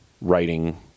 writing